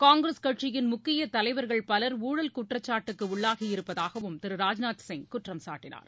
காங்கிரஸ் கட்சியின் முக்கியதலைவர்கள் பலர் ஊழல் குற்றச்சாட்டுக்குஉள்ளாகியிருப்பதாகவும் திரு ராஜ்நாத் சிங் குற்றம்சாட்டினார்